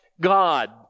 God